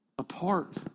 Apart